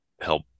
help